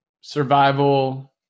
survival